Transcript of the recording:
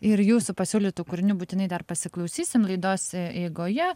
ir jūsų pasiūlytų kūrinių būtinai dar pasiklausysim laidose eigoje